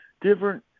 different